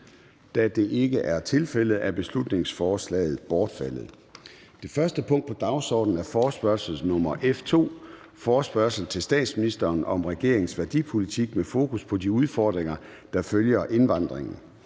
Da det ikke er tilfældet, er beslutningsforslaget bortfaldet. --- Det første punkt på dagsordenen er: 1) Forespørgsel nr. F 2: Forespørgsel til statsministeren: Vil statsministeren redegøre for regeringens værdipolitik med fokus på de udfordringer, der følger af